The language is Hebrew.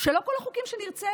שלא כל החוקים שנרצה